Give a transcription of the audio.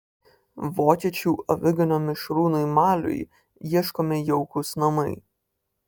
vokiečių aviganio mišrūnui maliui ieškomi jaukūs namai